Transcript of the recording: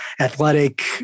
athletic